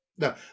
Now